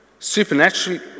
Supernaturally